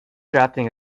drafting